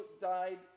died